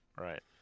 Right